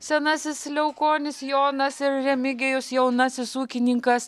senasis liaukonis jonas ir remigijus jaunasis ūkininkas